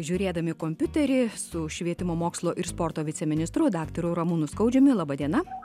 žiūrėdami kompiuterį su švietimo mokslo ir sporto viceministru daktaru ramūnu skaudžiumi laba diena